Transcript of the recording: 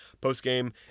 post-game